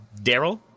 Daryl